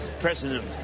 president